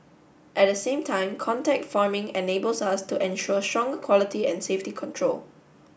at the same time contact farming enables us to ensure stronger quality and safety control